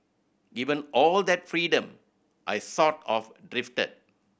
given all that freedom I sort of drifted